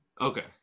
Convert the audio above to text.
Okay